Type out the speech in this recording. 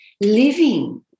living